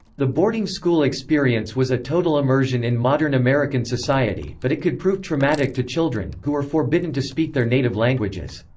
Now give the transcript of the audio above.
the boarding school experience was a total immersion in modern american society, but it could prove traumatic to children, who were forbidden to speak their native languages.